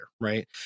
right